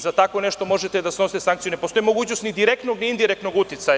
Za tako nešto možete da snosite sankciju, ne postoji mogućnost ni direktnog, ni indirektnog uticaja.